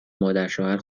مادرشوهر